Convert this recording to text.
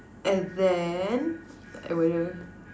and then wait